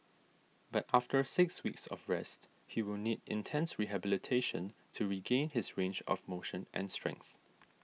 but after six weeks of rest he will need intense rehabilitation to regain his range of motion and strength